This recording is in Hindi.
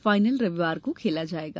फाइनल रविवार को खेला जाएगा